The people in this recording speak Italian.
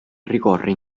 ricorre